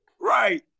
Right